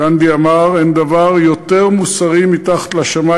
גנדי אמר: אין דבר יותר מוסרי מתחת לשמים